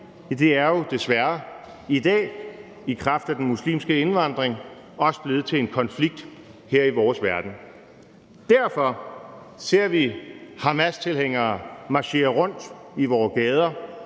er jo desværre i dag i kraft af den muslimske indvandring også blevet til en konflikt her i vores verden. Derfor ser vi hamastilhængere marchere rundt i vore gader.